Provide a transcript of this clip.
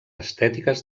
estètiques